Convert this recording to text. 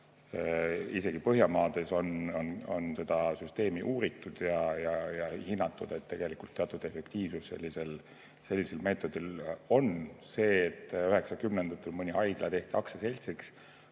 Isegi Põhjamaades on seda süsteemi uuritud ja hinnatud. Tegelikult teatud efektiivsus sellisel meetodil on. See, et 1990‑ndatel mõni haigla tehti aktsiaseltsiks,